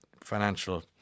financial